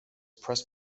press